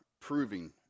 proving